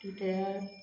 टिट्यार